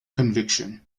conviction